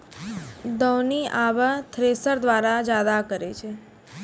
दौनी आबे थ्रेसर द्वारा जादा करै छै